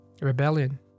Rebellion